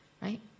right